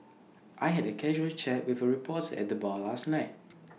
I had A casual chat with A reporter at the bar last night